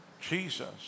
Jesus